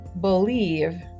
believe